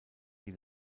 die